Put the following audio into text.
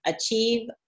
achieve